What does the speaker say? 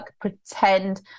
pretend